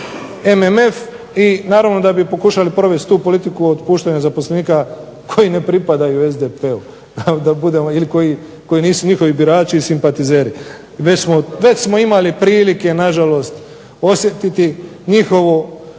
i naravno da bi pokušali provesti tu politiku otpuštanja zaposlenika koji ne pripadaju SDP-u ili koji nisu njihovi birači ili simpatizeri. Već smo imali prilike na žalost osjetiti njihovo